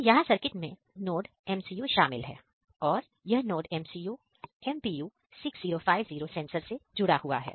तो यहां सर्किट में NodeMCU शामिल है और यह NodeMCU MPU 6050 सेंसर से जुड़ा हुआ है